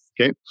Okay